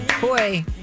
Boy